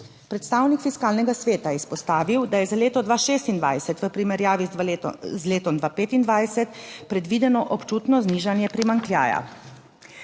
Predstavnik Fiskalnega sveta je izpostavil, da je za leto 2026 v primerjavi z letom 2025 predvideno občutno znižanje primanjkljaja.